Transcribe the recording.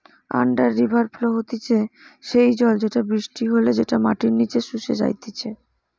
under river flow হতিছে সেই জল যেটা বৃষ্টি হলে যেটা মাটির নিচে শুষে যাইতিছে